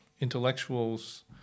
intellectuals